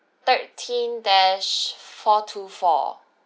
thirteen dash four two four